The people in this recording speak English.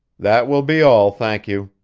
that will be all, thank you,